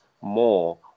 more